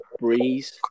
Breeze